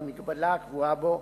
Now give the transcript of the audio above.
והמגבלה הקבועה בו,